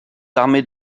armées